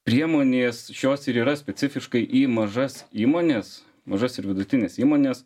priemonės šios ir yra specifiškai į mažas įmones mažas ir vidutines įmones